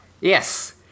Yes